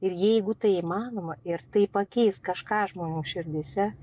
ir jeigu tai įmanoma ir tai pakeis kažką žmonių širdyse